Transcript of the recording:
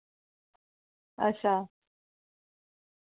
अच्छा